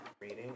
reading